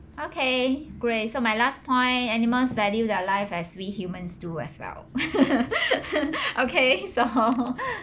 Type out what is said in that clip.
okay great so my last point animals value their life as we humans do as well okay so